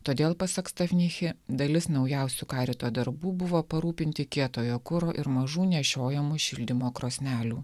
todėl pasak stavnichi dalis naujausių karito darbų buvo parūpinti kietojo kuro ir mažų nešiojamų šildymo krosnelių